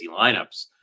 lineups